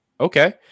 Okay